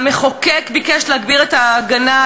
המחוקק ביקש להגביר את ההגנה,